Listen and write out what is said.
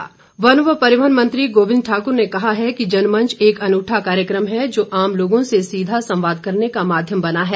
गोबिंद ठाकुर वन व परिवहन मंत्री गोबिंद ठाकुर ने कहा है कि जनमंच एक अनूठा कार्यक्रम है जो आम लोगों से सीधा संवाद करने का माध्यम बना है